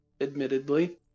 admittedly